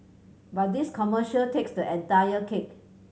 but this commercial takes the entire cake